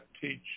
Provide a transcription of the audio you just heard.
teach